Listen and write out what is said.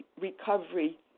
recovery